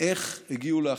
איך הגיעו להחלטות.